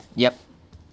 yup